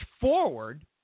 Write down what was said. forward